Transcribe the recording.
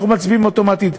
אנחנו מצביעים אוטומטית,